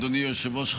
אדוני היושב-ראש,